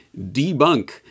debunk